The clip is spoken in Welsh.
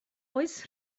oes